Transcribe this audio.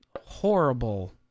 horrible